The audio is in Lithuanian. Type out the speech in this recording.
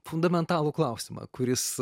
fundamentalų klausimą kuris